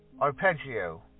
Arpeggio